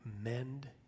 mend